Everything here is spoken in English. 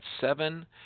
seven